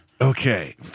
okay